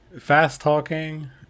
fast-talking